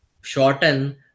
shorten